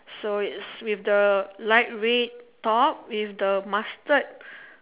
so is with the light red talk with the mustard